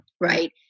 Right